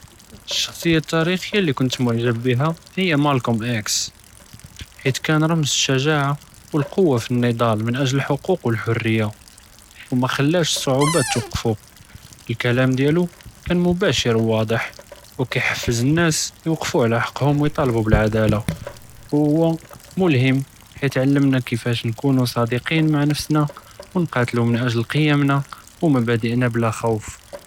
שخصיה תאריכיה לי כנת מוג'ב ביהא היא מאלקום אקס חית כאן רמז שג'אעה ואלקוה פ־נצל מן אג'ל אלחוקוק ואלחוריה ומא ח'لاش אלצעובאת תוקּפו, כאלאם דיאלו כאן מבאשֵר ואוצח וכיהפז נאס יוקּפו עלא חקהם ויאתאלבו בּ־אלעדאלה, והוא מולהם חית עלמנא כיפאש נקונו צדקין מע נפסנא ונקאתלו מן אג'ל קִיּמנה ומבאדינא בלא ח'וף.